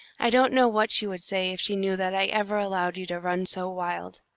i don't know what she would say if she knew that i ever allowed you to run so wild.